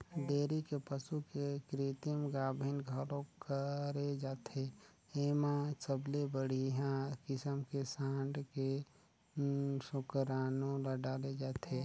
dairy के पसू के कृतिम गाभिन घलोक करे जाथे, एमा सबले बड़िहा किसम के सांड के सुकरानू ल डाले जाथे